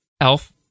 elf